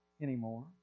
anymore